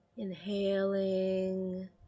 Inhaling